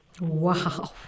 Wow